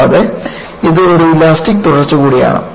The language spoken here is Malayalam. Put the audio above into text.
കൂടാതെ ഇത് ഒരു ഇലാസ്റ്റിക് തുടർച്ച കൂടിയാണ്